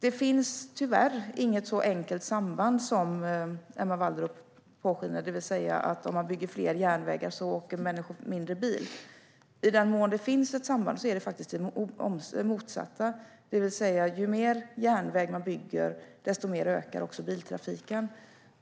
Det finns tyvärr inget så enkelt samband som Emma Wallrup låter påskina, det vill säga att människor åker mindre bil om man bygger fler järnvägar. I den mån det finns ett samband är det faktiskt det motsatta som gäller, det vill säga att även biltrafiken ökar ju mer järnväg man bygger.